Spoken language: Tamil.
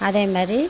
அதே மாதிரி